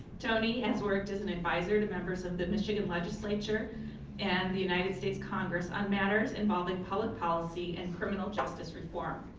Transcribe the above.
tony has worked as an advisor to members of the michigan legislature and the united states congress on matters involving public policy and criminal justice reform.